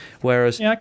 Whereas